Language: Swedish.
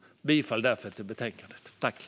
Jag yrkar bifall till utskottets förslag i betänkandet!